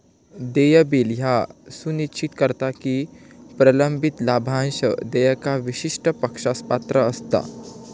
देय बिल ह्या सुनिश्चित करता की प्रलंबित लाभांश देयका विशिष्ट पक्षास पात्र असता